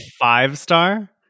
five-star